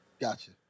Gotcha